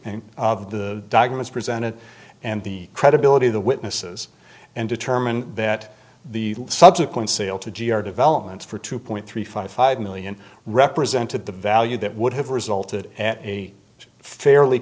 of the documents presented and the credibility of the witnesses and determined that the subsequent sale to g r developments for two point three five five million represented the value that would have resulted at a fairly